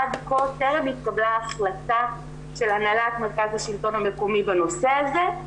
עד כה טרם התקבלה החלטה של הנהלת מרכז השלטון המקומי בנושא הזה,